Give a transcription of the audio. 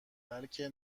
بلکه